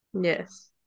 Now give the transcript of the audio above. Yes